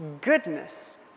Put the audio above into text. goodness